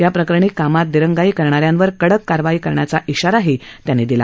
याप्रकरणी कामात दिरंगाई करणाऱ्यांवर कडक कारवाई करण्याचा इशाराही त्यांनी दिला